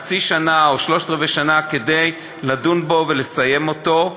חצי שנה או שלושת-רבעי שנה לדון בו ולסיים אותו.